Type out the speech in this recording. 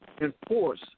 enforce